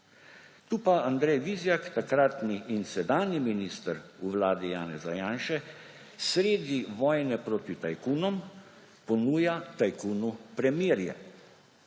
Tukaj pa Andrej Vizjak, takratni in sedanji minister v vladi Janeza Janše, sredi vojne proti tajkunom ponuja tajkunu premirje.